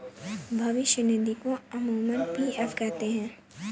भविष्य निधि को अमूमन पी.एफ कहते हैं